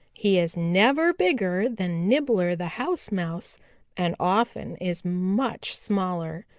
he is never bigger than nibbler the house mouse and often is much smaller.